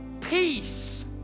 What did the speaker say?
peace